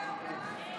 מוועדת החינוך,